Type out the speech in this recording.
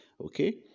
okay